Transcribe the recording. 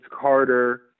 Carter